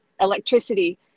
electricity